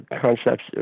concepts